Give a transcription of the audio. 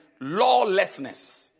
lawlessness